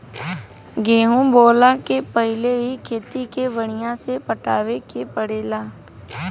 गेंहू बोअला के पहिले ही खेत के बढ़िया से पटावे के पड़ेला